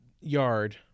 Yard